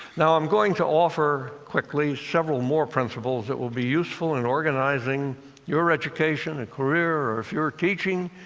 now i'm going to offer quickly several more principles that will be useful in organizing your education and career, or if you're teaching,